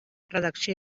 redacció